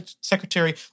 Secretary